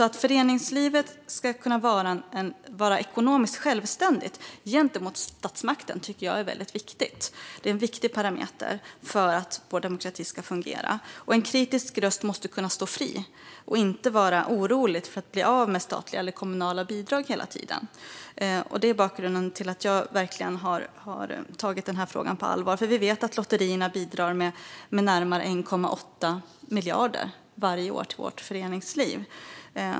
Att föreningslivet ska kunna vara ekonomiskt självständigt gentemot statsmakten tycker jag är väldigt viktigt. Det är en viktig parameter för att vår demokrati ska fungera. En kritisk röst måste kunna stå fri och inte hela tiden vara orolig för att bli av med statliga eller kommunala bidrag. Det är bakgrunden till att jag verkligen har tagit den här frågan på allvar. Vi vet att lotterierna bidrar med närmare 1,8 miljarder varje år till vårt föreningsliv.